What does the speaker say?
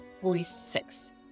Forty-six